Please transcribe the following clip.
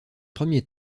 premier